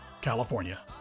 California